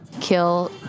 Kill